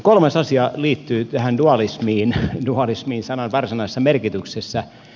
kolmas asia liittyy tähän dualismiin dualismiin sanan varsinaisessa merkityksessä